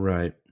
Right